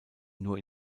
nur